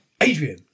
Adrian